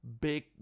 big